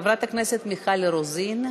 חברת הכנסת מיכל רוזין,